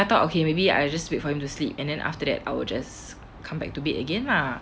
ya so I thought okay maybe I just wait for him to sleep and then after that I will just come back to bed again lah